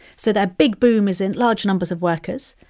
so their big boom is in large numbers of workers.